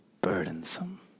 burdensome